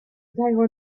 were